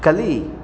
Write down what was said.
ಕಲಿ